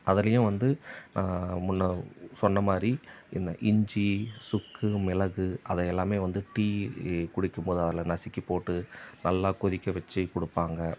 அதுலேயும் வந்து முன்னே சொன்னமாதிரி இந்த இஞ்சி சுக்கு மிளகு அதை எல்லாமே வந்து டீ குடிக்கும்போது அதில் நசுக்கி போட்டு நல்லா கொதிக்கவச்சு கொடுப்பாங்க